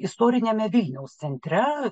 istoriniame vilniaus centre